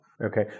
Okay